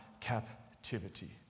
captivity